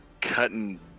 cutting